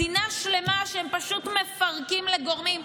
מדינה שלמה שהם פשוט מפרקים לגורמים,